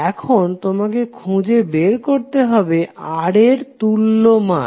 এখন তোমাকে খুঁজে বের করতে হবে Ra এর তুল্য মান